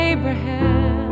Abraham